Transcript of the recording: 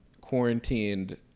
quarantined